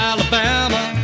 Alabama